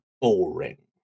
boring